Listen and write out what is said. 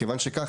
כיוון שכך,